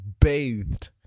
bathed